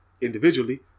individually